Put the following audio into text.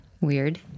Weird